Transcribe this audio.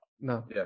No